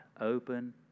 open